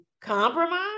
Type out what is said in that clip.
compromise